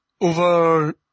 over